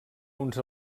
uns